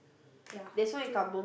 ya it's true